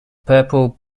purple